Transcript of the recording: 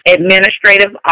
Administrative